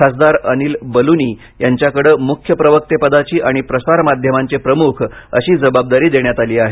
खासदार अनिल बलूनी यांच्याकडे मुख्य प्रवक्तेपदाची आणि प्रसार माध्यमांचे प्रमुख अशी जबाबदारी देण्यात आली आहे